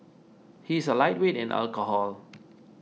he is a lightweight in alcohol